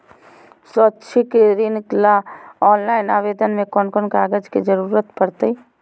शैक्षिक ऋण ला ऑनलाइन आवेदन में कौन कौन कागज के ज़रूरत पड़तई?